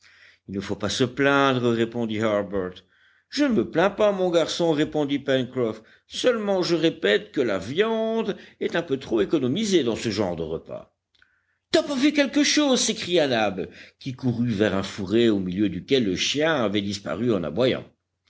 il ne faut pas se plaindre répondit harbert je ne me plains pas mon garçon répondit pencroff seulement je répète que la viande est un peu trop économisée dans ce genre de repas top a vu quelque chose s'écria nab qui courut vers un fourré au milieu duquel le chien avait disparu en aboyant